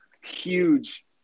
huge